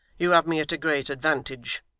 you have me at a great advantage.